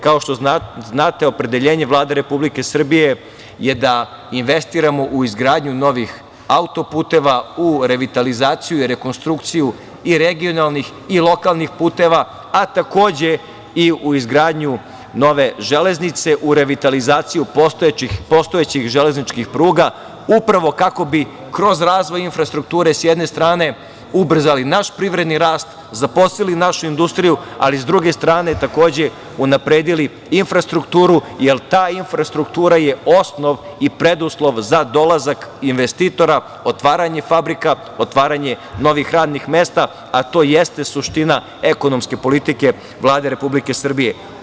Kao što znate, opredeljenje Vlade Republike Srbije je da investiramo u izgradnju novih autoputeva, u revitalizaciju i rekonstrukciju i regionalnih i lokalnih puteva, a takođe, i u izgradnju nove železnice, u revitalizaciju postojećih železničkih pruga, upravo kako bi kroz razvoj infrastrukture, s jedne strane, ubrzali naš privredni rast, zaposlili našu industriju, ali sa druge strane, takođe, unapredili infrastrukturu, jer ta infrastruktura je osnov i preduslov za dolazak investitora, otvaranje fabrika, otvaranje novih drugih radnih mesta, a to jeste suština ekonomske politike Vlade Republike Srbije.